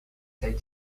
take